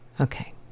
Okay